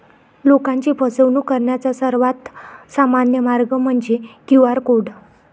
लोकांची फसवणूक करण्याचा सर्वात सामान्य मार्ग म्हणजे क्यू.आर कोड